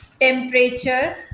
temperature